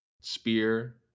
Spear